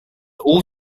all